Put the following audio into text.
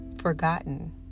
forgotten